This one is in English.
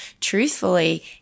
truthfully